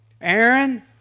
Aaron